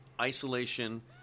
isolation